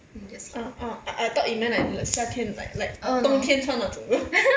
eh orh I I thought you meant li~ like 夏天 like like 冬天穿那种